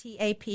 TAP